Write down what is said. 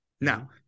now